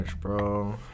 bro